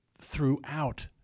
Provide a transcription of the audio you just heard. throughout